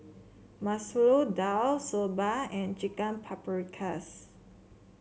Masoor Dal Soba and Chicken Paprikas